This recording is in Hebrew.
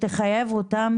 תודה.